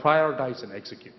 prioritize and execute